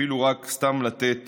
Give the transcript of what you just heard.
אפילו סתם לתת